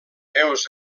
heus